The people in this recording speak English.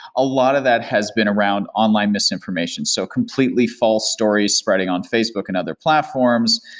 a lot of that has been around online misinformation. so completely false story spreading on facebook and other platforms,